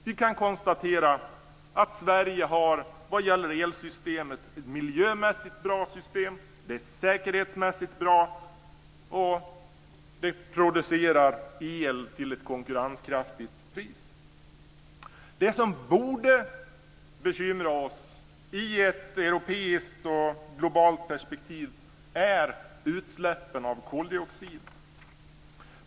Vi kan konstatera att Sverige vad gäller elsystemet har ett miljömässigt bra system. Det är säkerhetsmässigt bra, och det producerar el till ett konkurrenskraftigt pris. Det som borde bekymra oss i ett europeiskt och globalt perspektiv är utsläppen av koldioxid.